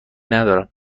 ندارم